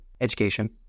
education